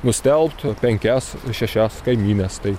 nustelbt penkias šešias kaimynes tai